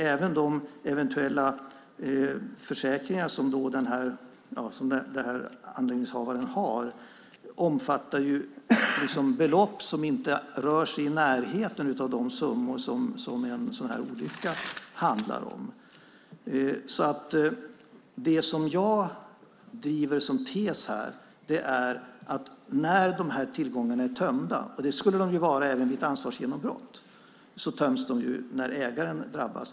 Även de eventuella försäkringar som anläggningshavaren har omfattar belopp som inte rör sig i närheten av de summor som en sådan här olycka handlar om. Det som jag driver som tes är att när de här tillgångarna är tömda, och de skulle de ju vara även vid ett ansvarsgenombrott, töms de ju när ägaren drabbas.